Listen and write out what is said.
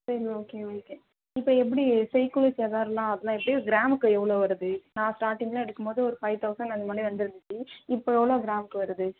சரி okay okay இப்போ எப்படி செய்கூலி சேதாரமெல்லாம் அப்படிலாம் எப்படி கிராமுக்கு எவ்வளோ வருது நான் ஸ்டார்ட்டிங்கில் எடுக்கும்போது ஒரு ஃபைவ் தௌசண்ட் அந்தமாதிரி வந்திருந்துச்சி இப்போ எவ்வளோ கிராமுக்கு வருது